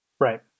right